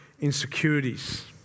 insecurities